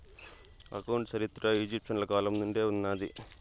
account చరిత్ర ఈజిప్షియన్ల కాలం నుండే ఉన్నాది